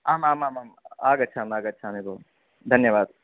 आमामामाम् आगच्छामि आगच्छामि भो धन्यवादः